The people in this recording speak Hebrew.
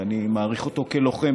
ואני מעריך אותו כלוחם,